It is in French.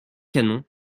canon